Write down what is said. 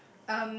okay